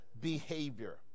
behavior